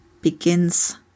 begins